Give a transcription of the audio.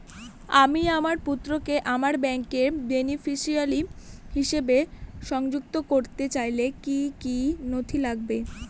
আমি আমার পুত্রকে আমার ব্যাংকের বেনিফিসিয়ারি হিসেবে সংযুক্ত করতে চাইলে কি কী নথি লাগবে?